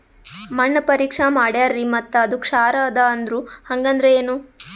ಮಣ್ಣ ಪರೀಕ್ಷಾ ಮಾಡ್ಯಾರ್ರಿ ಮತ್ತ ಅದು ಕ್ಷಾರ ಅದ ಅಂದ್ರು, ಹಂಗದ್ರ ಏನು?